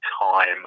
time